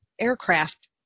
aircraft